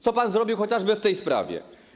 Co pan zrobił chociażby w tej sprawie?